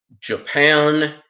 Japan